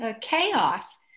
chaos